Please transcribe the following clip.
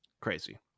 crazy